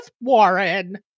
Warren